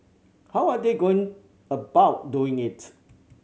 how are they going about doing it